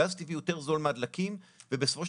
גז טבעי יותר זול מהדלקים,